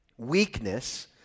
Weakness